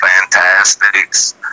Fantastics